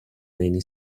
many